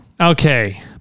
Okay